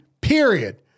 period